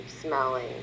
smelling